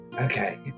Okay